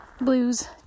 blues